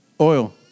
oil